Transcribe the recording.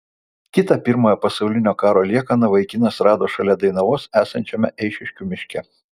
kitą pirmojo pasaulinio karo liekaną vaikinas rado šalia dainavos esančiame eišiškių miške